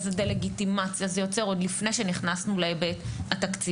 איזה דה לגיטימציה זה יוצר עוד לפני שנכנסנו להיבט התקציבי.